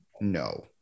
No